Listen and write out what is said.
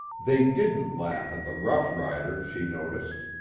they didn't laugh at the rough-rider, she noticed.